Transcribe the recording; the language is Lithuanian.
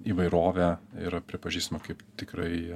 įvairovė yra pripažįstama kaip tikrai